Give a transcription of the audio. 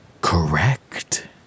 Correct